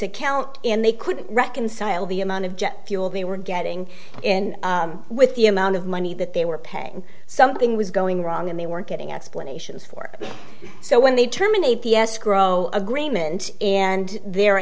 account and they couldn't reconcile the amount of jet fuel they were getting and with the amount of money that they were paying something was going wrong and they weren't getting explanations for so when they terminate the escrow agreement and the